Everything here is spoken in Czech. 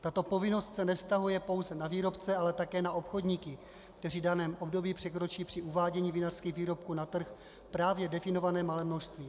Tato povinnost se nevztahuje pouze na výrobce, ale také na obchodníky, kteří v daném období překročí při uvádění vinařských výrobků na trh právě definované malé množství.